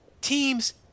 teams